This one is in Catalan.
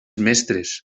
mestres